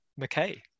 McKay